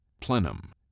Plenum